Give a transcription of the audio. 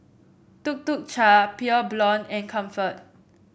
Tuk Tuk Cha Pure Blonde and Comfort